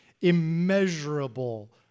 Immeasurable